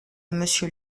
monsieur